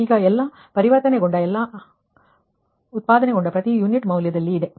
ಈಗ ಎಲ್ಲಾ ಪರಿವರ್ತನೆಗೊಂಡ ಎಲ್ಲಾ ಉತ್ಪಾದನೆಗೊಂಡ ಪ್ರತಿ ಯೂನಿಟ್ ಮೌಲ್ಯದಲ್ಲಿ ಇದೆ